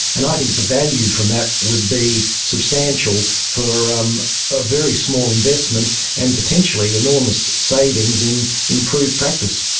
and i think the value from that would be substantial for um a very small investment and potentially enormous savings in improved practice.